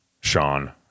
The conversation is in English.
Sean